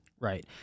Right